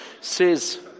says